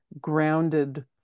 grounded